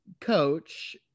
coach